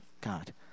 God